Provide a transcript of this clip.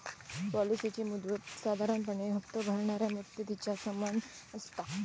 पॉलिसीची मुदत साधारणपणे हप्तो भरणाऱ्या मुदतीच्या समान असता